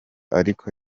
ariko